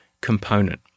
component